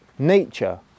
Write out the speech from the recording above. Nature